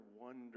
wonder